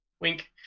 wink